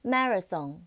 Marathon